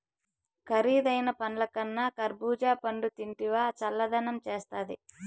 కరీదైన పండ్లకన్నా కర్బూజా పండ్లు తింటివా చల్లదనం చేస్తాది